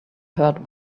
heard